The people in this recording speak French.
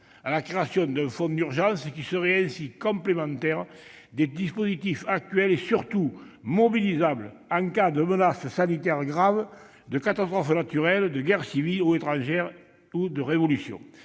à la création d'un fonds d'urgence qui serait complémentaire des dispositifs actuels et surtout mobilisable en cas de menaces sanitaires graves, de catastrophes naturelles, de guerres civiles ou étrangères et de révolutions.